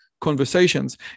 conversations